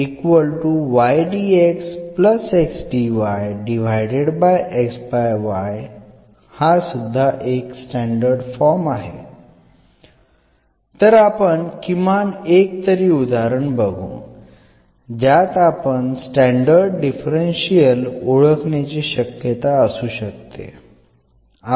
तर आपण किमान एक तरी उदाहरण बघू ज्यात आपण स्टॅंडर्ड डिफरन्शियल ओळखण्याची शक्यता असू शकते